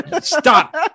stop